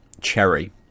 cherry